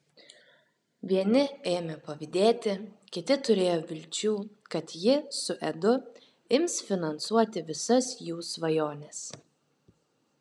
vieni ėmė pavydėti kiti turėjo vilčių kad ji su edu ims finansuoti visas jų svajones